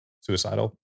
suicidal